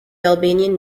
albanian